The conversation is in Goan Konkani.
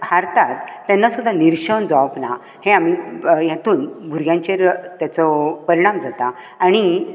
हारता तेन्ना सुद्दां निरशेवन जावप ना हे आमी हेतून भुरग्यांचेर हेचो परिणाम जाता आणी